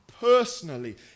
personally